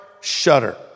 shudder